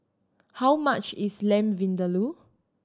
how much is Lamb Vindaloo